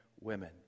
women